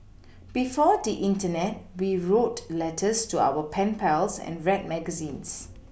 before the Internet we wrote letters to our pen pals and read magazines